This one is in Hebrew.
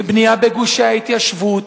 ובנייה בגושי ההתיישבות,